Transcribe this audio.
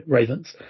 Ravens